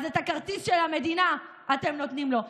אז את הכרטיס של המדינה אתם נותנים לו?